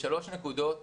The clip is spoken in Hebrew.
בשלוש נקודות